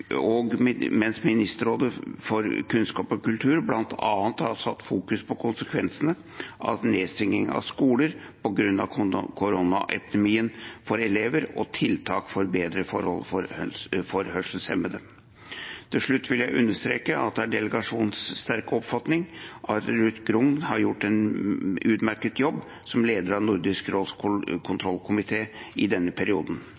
kunnskap og kultur bl.a. har fokusert på konsekvensene for elever av nedstengning av skoler på grunn av koronaepidemien og tiltak for bedre forhold for hørselshemmede. Til slutt vil jeg understreke at det er delegasjonens sterke oppfatning at Ruth Grung har gjort en utmerket jobb som leder av Nordisk råds kontrollkomité i denne perioden.